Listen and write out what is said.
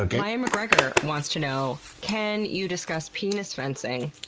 ah mariah mcgregor wants to know can you discuss penis fencing?